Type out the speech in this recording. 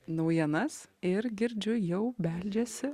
naujienas ir girdžiu jau beldžiasi